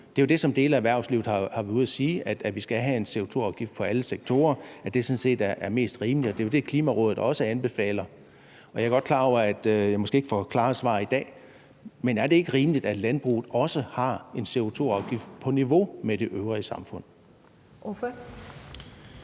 Det er jo det, som dele af erhvervslivet har været ude at sige, nemlig at vi skal have en CO2-afgift på alle sektorer, for det er sådan set mest rimeligt. Det er jo det, som Klimarådet også anbefaler. Jeg er godt klar over, at jeg måske ikke får klare svar i dag, men er det ikke rimeligt, at landbruget også har en CO2-afgift på niveau med det øvrige samfund?